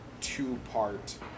two-part